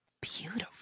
beautiful